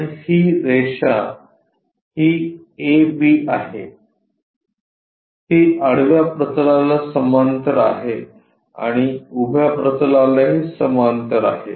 तर ही रेषा ही A B आहे ती आडव्या प्रतलाला समांतर आणि उभ्या प्रतलालाही समांतर आहे